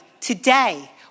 today